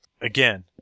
Again